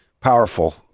powerful